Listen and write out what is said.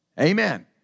Amen